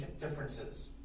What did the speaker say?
differences